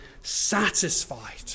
satisfied